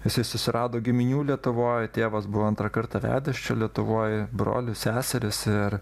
isai susirado giminių lietuvoj tėvas buvo antrą kartą vedęs čia lietuvoj brolis seserys ir